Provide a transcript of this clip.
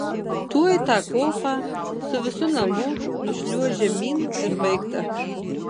tuoj tą kopą su visu namu nušliuoš žemyn ir baigta